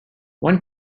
one